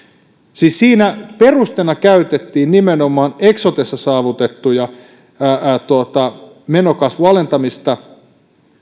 siis siinä perusteena käytettiin nimenomaan eksotessa saavutettua menojen kasvun alentamista